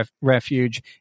refuge